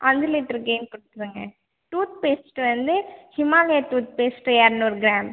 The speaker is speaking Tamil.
அஞ்சு லிட்ரு கேன் கொடுத்துடுங்க டூத் பேஸ்ட் வந்து ஹிமாலயா டூத் பேஸ்ட் இரநூறு கிராம்